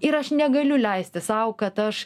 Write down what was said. ir aš negaliu leisti sau kad aš